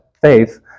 faith